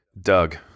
Doug